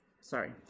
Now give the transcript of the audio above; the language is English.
sorry